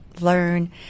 learn